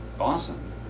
Awesome